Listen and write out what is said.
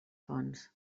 fonts